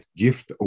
gift